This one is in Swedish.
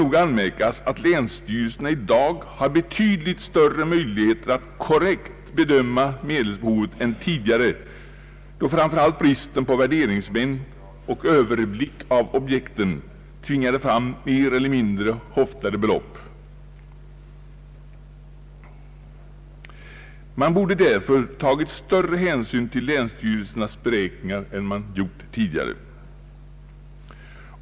Anmärkas bör nog att länsstyrelserna i dag har betydligt större möjligheter att korrekt bedöma medelsbehovet än tidigare, då framför allt bristen på värderingsmän och överblick över objekten tvingade fram belopp som byggde på mer eller mindre lösa uppskattningar. Man borde därför nu ha tagit större hänsyn till länsstyrelsernas beräkningar än man gjort tidigare.